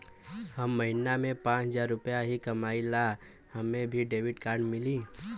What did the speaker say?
हम महीना में पाँच हजार रुपया ही कमाई ला हमे भी डेबिट कार्ड मिली?